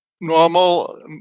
normal